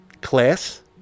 class